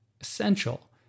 essential